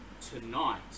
Tonight